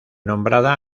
nombrada